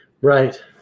Right